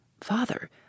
Father